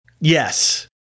Yes